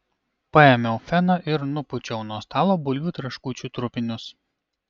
paėmiau feną ir nupūčiau nuo stalo bulvių traškučių trupinius